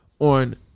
on